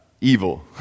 evil